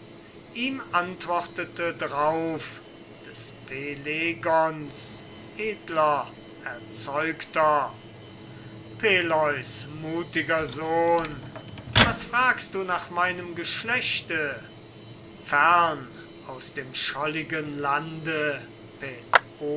ihm antwortete drauf des pelegons edler erzeugter peleus mutiger sohn was fragst du nach meinem geschlechte fern aus dem scholligen lande